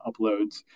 uploads